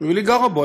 והיא גרה בו.